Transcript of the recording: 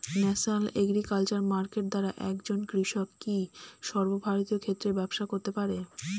National agriculture market দ্বারা একজন কৃষক কি সর্বভারতীয় ক্ষেত্রে ব্যবসা করতে পারে?